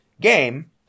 game